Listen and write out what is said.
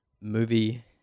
movie